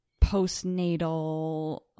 postnatal